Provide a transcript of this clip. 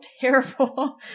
terrible